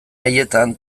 haietan